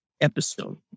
episode